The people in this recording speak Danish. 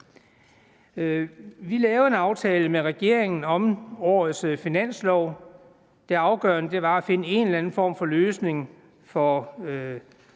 Vi lavede en aftale med regeringen om årets finanslov. Det afgørende var at finde en eller anden form for løsning med